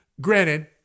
granted